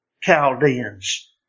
Chaldean's